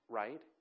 right